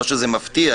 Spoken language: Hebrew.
לא שזה מפתיע,